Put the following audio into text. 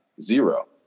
Zero